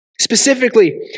Specifically